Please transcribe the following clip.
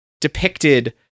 depicted